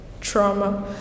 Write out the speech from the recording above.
trauma